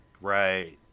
Right